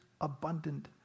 abundant